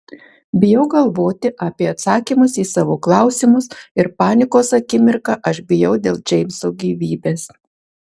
bijau galvoti apie atsakymus į savo klausimus ir panikos akimirką aš bijau dėl džeimso gyvybės